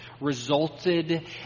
Resulted